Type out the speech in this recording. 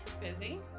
Busy